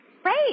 Great